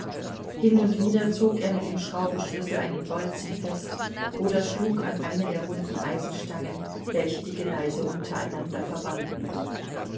hin und wieder zog er mit dem schraubschlüssel einen bolzen fest oder schlug an eine der runden eisenstangen welche die geleise untereinander verbanden